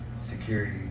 security